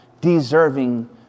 deserving